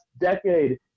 decade